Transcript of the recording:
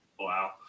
Wow